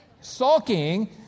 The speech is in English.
sulking